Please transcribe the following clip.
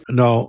no